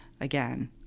again